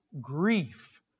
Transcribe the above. grief